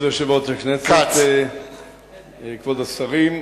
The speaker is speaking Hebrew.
כבוד יושב-ראש הכנסת, כבוד השרים,